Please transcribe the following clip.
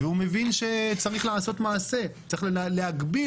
והוא מבין שצריך לעשות מעשה, צריך להגביל.